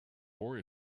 more